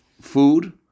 food